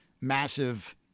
massive